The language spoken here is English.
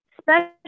Special